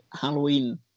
Halloween